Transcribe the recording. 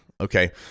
Okay